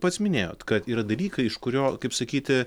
pats minėjot kad yra dalykai iš kurio kaip sakyti